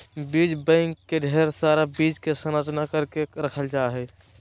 बीज बैंक मे ढेर सारा बीज के संरक्षित करके रखल जा हय